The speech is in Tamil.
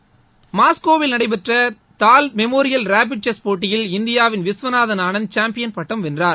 விளையாட்டுச் செய்திகள் மாஸ்கோவில் நடைபெற்ற தூல் மெமோரியல் ரேபிட் செஸ் போட்டியில் இந்தியாவின் விஸ்வநாதன் ஆனந்த் சாம்பியன் பட்டம் வென்றார்